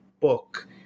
book